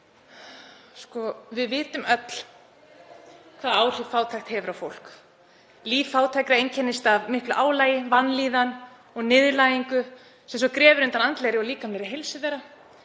Við vitum öll hvaða áhrif fátækt hefur á fólk. Líf fátækra einkennist af miklu álagi, vanlíðan og niðurlægingu sem grefur undan andlegri og líkamlegri heilsu þeirra.